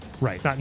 Right